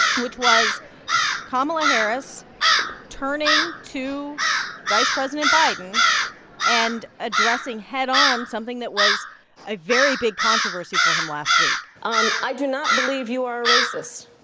which was kamala harris turning to vice president biden and addressing head-on something that was a very big controversy for him last week um i do not believe you are a racist.